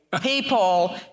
People